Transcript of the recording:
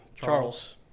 Charles